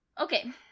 Okay